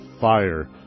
Fire